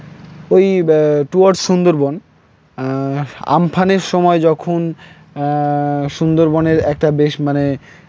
ওই টুয়ার্ড সুন্দরবন আমফানের সময় যখন সুন্দরবনের একটা বেশ মানে